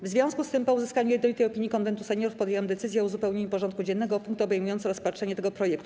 W związku z tym, po uzyskaniu jednolitej opinii Konwentu Seniorów, podjęłam decyzję o uzupełnieniu porządku dziennego o punkt obejmujący rozpatrzenie tego projektu.